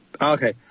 Okay